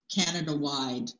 Canada-wide